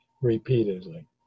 Repeatedly